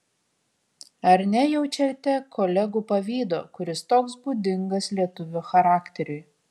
ar nejaučiate kolegų pavydo kuris toks būdingas lietuvio charakteriui